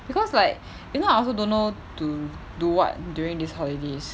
because like if not I also don't know to do what during this holidays